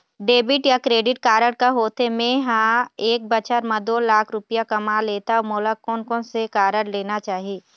Debit या credit card का होथे, मे ह एक बछर म दो लाख रुपया कमा लेथव मोला कोन से कारड लेना चाही?